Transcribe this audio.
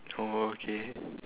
orh okay